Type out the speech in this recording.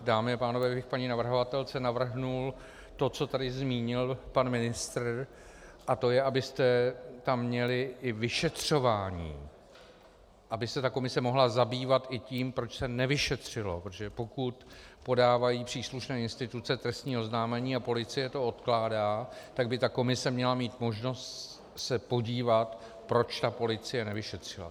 Dámy a pánové, jenom bych paní navrhovatelce navrhl to, co tady zmínil pan ministr, a to je, abyste tam měli i vyšetřování, aby se komise mohla zabývat i tím, proč se nevyšetřilo, protože pokud podávají příslušné instituce trestní oznámení a policie to odkládá, tak by komise měla mít možnost se podívat, proč policie nevyšetřila.